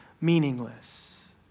meaningless